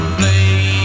play